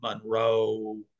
Monroe